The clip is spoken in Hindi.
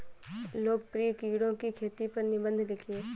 लोकप्रिय कीड़ों की खेती पर निबंध लिखिए